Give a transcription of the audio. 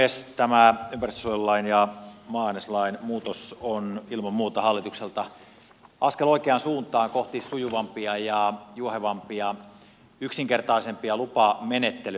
tämä ympäristönsuojelulain ja maa aineslain muutos on ilman muuta hallitukselta askel oikeaan suuntaan kohti sujuvampia ja juohevampia yksinkertaisempia lupamenettelyjä